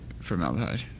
Formaldehyde